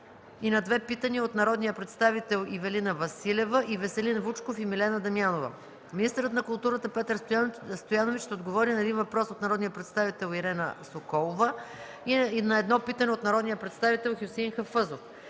и на две питания от народния представител Ивелина Василева; Веселин Вучков и Милена Дамянова. 7. Министърът на културата Петър Стоянович ще отговори на един въпрос от народния представител Ирена Соколова и на едно питане от народния представител Хюсеин Хафъзов.